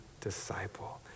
disciple